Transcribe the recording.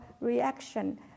reaction